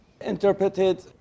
interpreted